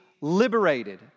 liberated